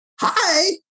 Hi